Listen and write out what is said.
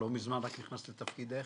לא מזמן נכנסת לתפקידך.